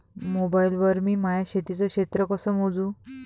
Mobile वर मी माया शेतीचं क्षेत्र कस मोजू?